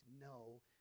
no